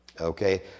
Okay